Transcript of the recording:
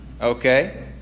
okay